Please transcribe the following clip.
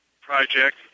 project